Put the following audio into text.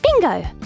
Bingo